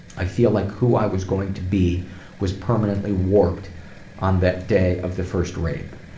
i feel like who i was going to be was permanently warped on that day of the first rape.